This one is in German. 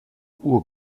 uhr